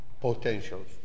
potentials